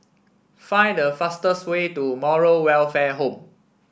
find the fastest way to Moral Welfare Home